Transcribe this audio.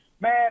man